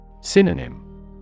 Synonym